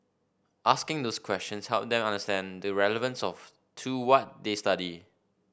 asking those questions helped them understand the relevance of to what they study